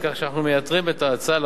כך שאנחנו מייתרים את ההצעה של